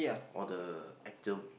all the actual